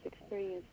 experience